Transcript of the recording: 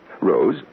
Rose